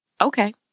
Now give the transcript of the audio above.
Okay